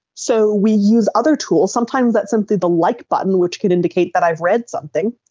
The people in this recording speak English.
so we use other tools, sometimes that's simply the like button which could indicate that i have read something,